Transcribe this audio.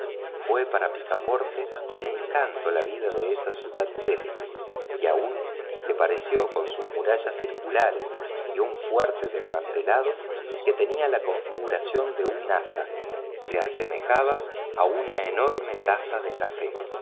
fue para picaporte un encanto la vista de esa ciudad célebre y aun le pareció que con sus murallas circulares y un fuerte desmantelado que tenía la configuración de una asa se asemejaba a una enorme taza de café